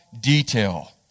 detail